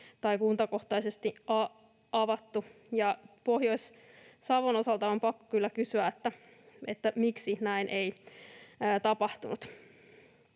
tai kuntakohtaisesti avattu. Pohjois-Savon osalta on kyllä pakko kysyä, miksi näin ei tapahtunut.